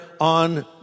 on